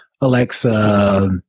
Alexa